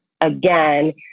again